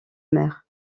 mer